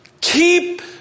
keep